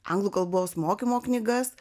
anglų kalbos mokymo knygas